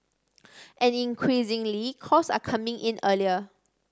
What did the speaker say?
and increasingly calls are coming in earlier